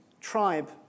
tribe